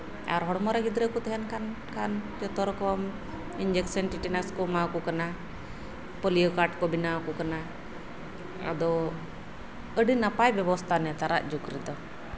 ᱟᱨ ᱦᱚᱲᱢᱚᱨᱮ ᱜᱤᱫᱨᱟᱹ ᱠᱚ ᱛᱟᱦᱮᱱ ᱠᱷᱟᱱ ᱡᱚᱛᱚᱨᱚᱠᱚᱢ ᱤᱱᱡᱮᱠᱥᱮᱱ ᱴᱤᱴᱮᱱᱟᱥ ᱠᱚ ᱮᱢᱟᱣ ᱠᱚ ᱠᱟᱱᱟ ᱯᱳᱞᱤᱭᱚ ᱠᱟᱨᱰ ᱠᱚ ᱵᱮᱱᱟᱣ ᱟᱠᱚ ᱠᱟᱱᱟ ᱟᱫᱚ ᱟᱹᱰᱤ ᱱᱟᱯᱟᱭ ᱵᱮᱵᱚᱥᱛᱷᱟ ᱱᱮᱛᱟᱨᱟᱜ ᱡᱩᱜᱽ ᱨᱮᱫᱚ